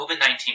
COVID-19